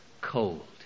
cold